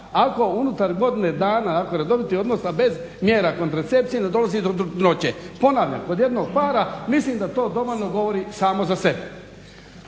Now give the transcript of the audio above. ako unutar godine dana ako je redoviti odnos, a bez mjera kontracepcije ne dolazi do trudnoće. Ponavljam, kod jednog para. Mislim da to dovoljno govori samo za sebe.